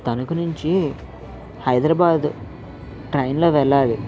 తణుకు నుంచీ హైదరాబాద్ ట్రైన్లో వెళ్లాలి